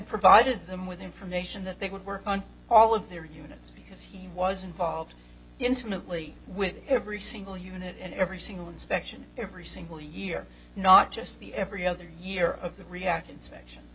provided them with information that they would work on all of their units because he was involved intimately with every single unit and every single inspection every single year not just the every other year of the react inspections